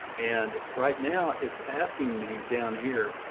and right now it's asking me down here,